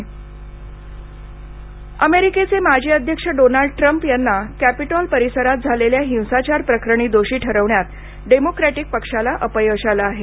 Trump दोषमक्त अमेरिकेचे माजी अध्यक्ष डोनाल्ड ट्रम्प यांना कॅपिटॉल परिसरात झालेल्या हिंसाचारप्रकरणी दोषी ठरवण्यात डेमोक्रॅटिक पक्षाला अपयश आलं आहे